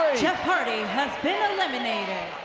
jeff hardy has been eliminated